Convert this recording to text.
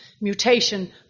mutation